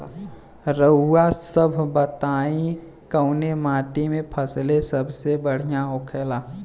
रउआ सभ बताई कवने माटी में फसले सबसे बढ़ियां होखेला?